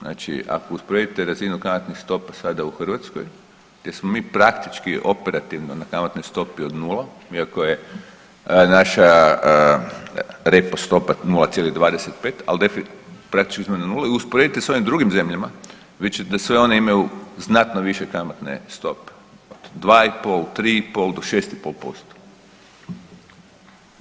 Znači ako usporedite razinu kamatnih stoga sada u Hrvatskoj gdje smo mi praktički operativno na kamatnoj stopi od 0 iako je naša repo stopa 0,25, ali definitivno praktički smo na 0 i usporedite s ovim drugim zemljama i vidjet ćete da sve one imaju znatno više kamatne stope od 2,5, 3,5 do 6,5%